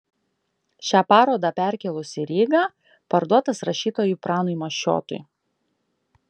šią parodą perkėlus į rygą parduotas rašytojui pranui mašiotui